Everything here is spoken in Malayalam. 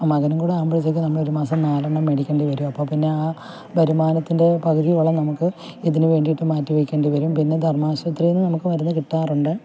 മകനുംകൂടെ ആകുമ്പോഴത്തേക്കും ഒരുമാസം നാലെണ്ണം മേടിക്കേണ്ടിവരും അപ്പം പിന്നെ വരുമാനത്തിൻ്റെ പകുതിയോളം നമുക്ക് ഇതിനുവേണ്ടിയിട്ട് മാറ്റിവെക്കേണ്ടിവരും പിന്നെ ധർമ്മാശുപത്രിയിൽ നിന്ന് നമുക്ക് മരുന്ന് കിട്ടാറുണ്ട്